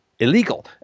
Illegal